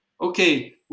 okay